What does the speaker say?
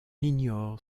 ignore